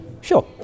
sure